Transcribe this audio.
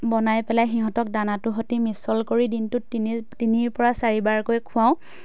বনাই পেলাই সিহঁতক দানাটোৰ সৈতে মিছল কৰি দিনটোত তিনি তিনিৰ পৰা চাৰিবাৰকৈ খুৱাওঁ